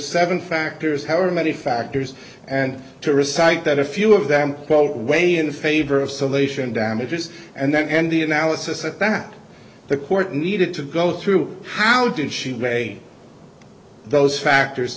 seven factors however many factors and to recite that a few of them quote way in favor of solution damages and then end the analysis at that the court needed to go through how did she weigh those factors